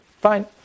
Fine